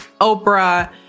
Oprah